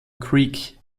creek